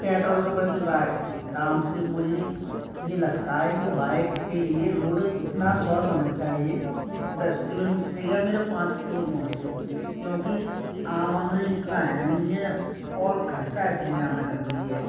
petrol के बढ़ते दाम से मुझे यही लगता है कि बाइक के लिए रोड इतना शॉर्ट होना चाहिए कि दस किलोमीटर या मेरा पाँच किलो पहुँचे क्योंकि आमदनी इतना है नहीं है और खर्चा इतने ज़्यादा कर दिए है